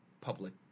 public